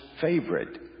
favorite